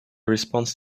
response